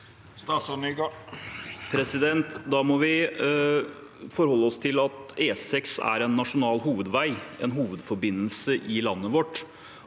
Da må vi for- holde oss til at E6 er en nasjonal hovedvei, en hovedforbindelse i landet vårt,